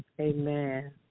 amen